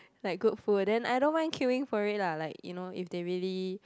like good food then I don't mind queuing for it lah like you know if they really